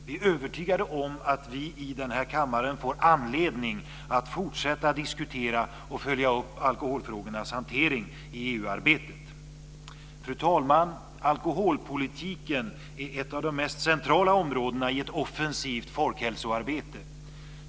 Vi är övertygade om att vi i denna kammare får anledning att fortsätta diskutera och följa upp alkoholfrågornas hantering i EU-arbetet. Fru talman! Alkoholpolitiken är ett av de mest centrala områdena i ett offensivt folkhälsoarbete.